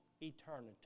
eternity